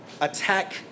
attack